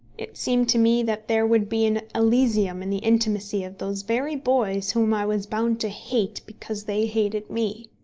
it seemed to me that there would be an elysium in the intimacy of those very boys whom i was bound to hate because they hated me.